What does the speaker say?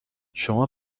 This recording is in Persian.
شما